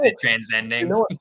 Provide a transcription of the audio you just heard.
transcending